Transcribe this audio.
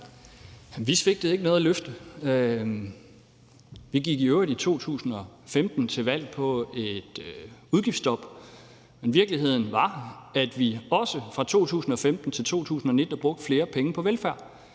Vi svigtede ikke noget løfte. Vi gik i øvrigt i 2015 til valg på et udgiftsstop, men virkeligheden var, at vi også fra 2015 til 2019 brugte flere penge på velfærd.